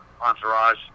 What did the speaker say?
Entourage